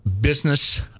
business